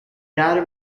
data